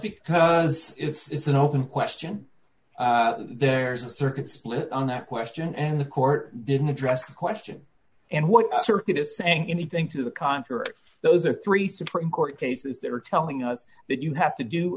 because it's an open question there's a circuit split on that question and the court didn't address the question and what the circuit is saying anything to the contrary those are three supreme court cases that are telling us that you have to do